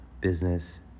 Business